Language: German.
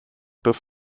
des